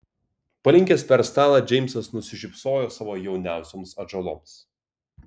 palinkęs per stalą džeimsas nusišypsojo savo jauniausioms atžaloms